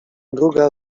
druga